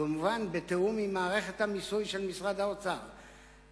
כמובן בתיאום עם מערכת המיסוי של משרד האוצר,